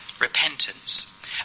repentance